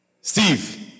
Steve